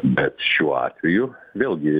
bet šiuo atveju vėlgi